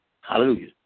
Hallelujah